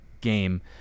game